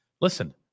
listen